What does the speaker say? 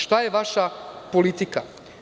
Šta je vaša politika?